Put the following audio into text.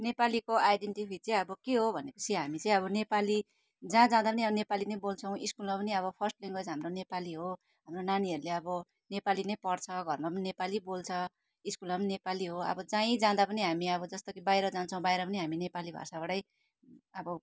नेपालीको आइडेन्टिफी चाहिँ अब के हो भने चाहिँ हामी चाहिँ अब नेपाली जहाँ जाँदा पनि अब नेपाली नै बोल्छौँ स्कुलमा पनि अब फर्स्ट ल्याङ्ग्वेज हाम्रो नेपाली हो हाम्रो नानीहरूले अब नेपाली नै पढ्छ घरमा पनि नेपाली बोल्छ स्कुलमा नेपाली हो अब जाहीँ जाँदा पनि हामी अब जसरी बाहिर जान्छौँ बाहिर पनि हामी नेपाली भाषाबाटै अब